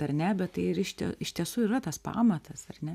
ar ne bet tai ir iš iš tiesų yra tas pamatas ar ne